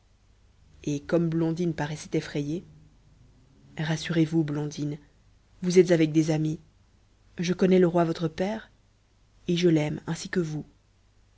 et comme blondine paraissait effrayée rassurez-vous blondine vous êtes avec des amis je connais le roi votre père et je l'aime ainsi que vous